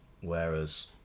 Whereas